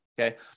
okay